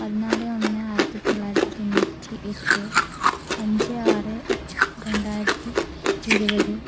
പതിനാല് ഒന്ന് ആയിരത്തി തൊള്ളായിരത്തി തൊണ്ണൂറ്റി എട്ട് അഞ്ച് ആറ് രണ്ടായിരത്തി ഇരുപത്